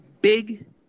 big